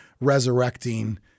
resurrecting